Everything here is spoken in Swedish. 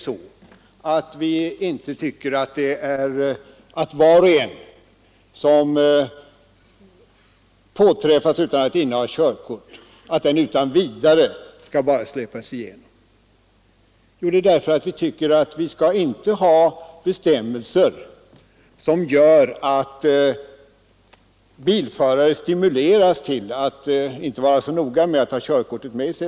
Varför tycker vi inte att var och en som påträffas utan att inneha körkort utan vidare skall släppas igenom? Jo, vi skall inte ha bestämmelser som gör att bilförare stimuleras till att inte vara så noga med att ha körkortet med sig.